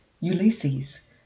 ulysses